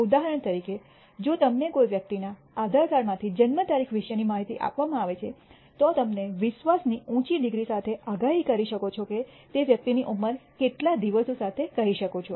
ઉદાહરણ તરીકે જો તમને કોઈ વ્યક્તિના આધારકાર્ડમાંથી જન્મ તારીખ વિશેની માહિતી આપવામાં આવે છે તો તમે અમને વિશ્વાસની ઊંચી ડિગ્રી સાથે આગાહી કરી શકો છો કે વ્યક્તિની ઉંમર કેટલાંક દિવસો સાથે કહી શકો છો